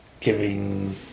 giving